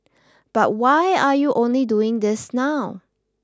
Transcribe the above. but why are you only doing this now